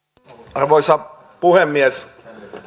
arvoisa puhemies